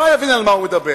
טיפה יבין על מה הוא מדבר.